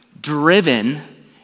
driven